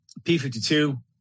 P52